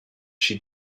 she